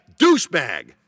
douchebag